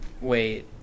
Wait